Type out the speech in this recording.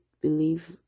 believe